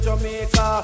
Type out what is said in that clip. Jamaica